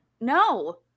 No